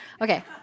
Okay